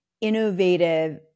innovative